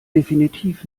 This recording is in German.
definitiv